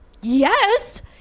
yes